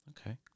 Okay